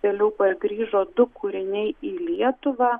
vėliau pargrįžo du kūriniai į lietuvą